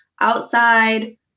outside